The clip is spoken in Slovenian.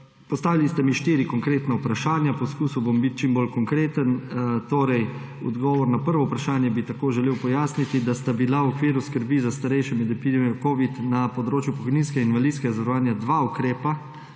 Postavili ste mi 4 konkretna vprašanja. Poskusil bom biti čim bolj konkreten. Odgovor na prvo vprašanje bi tako želel pojasniti, da sta bila v okviru skrbi za starejše med epidemijo covida-19 na področju pokojninskega in invalidskega zavarovanja dva ukrepa